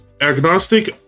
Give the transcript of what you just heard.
agnostic